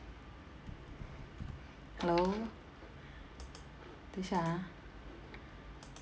hello 等一下啊